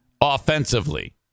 offensively